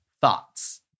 Thoughts